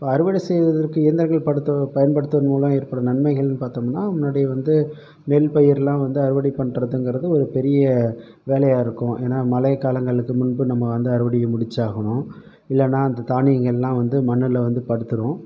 அறுவடை செய்வதற்கு இயந்திரங்கள் படுத்து பயன்படுத்துவதன் மூலம் ஏற்படும் நன்மைகள் பார்த்தோம்னா முன்னாடி வந்து நெல் பயிரெலாம் வந்து அறுவடை பண்ணறதுங்கிறது ஒரு பெரிய வேலையாக இருக்கும் ஏன்னால் மழை காலங்களுக்கு முன்பு நம்ம வந்து அறுவடையை முடித்தாகணும் இல்லைனா அந்த தானியங்கள் எல்லாம் வந்து மண்ணில் வந்து படுத்துடும்